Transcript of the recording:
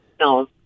No